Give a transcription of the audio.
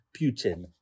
Putin